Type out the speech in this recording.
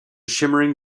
shimmering